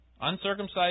uncircumcised